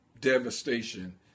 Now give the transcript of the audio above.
devastation